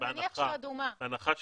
נניח שהיא אדומה.